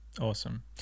Awesome